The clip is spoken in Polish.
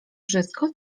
wszystko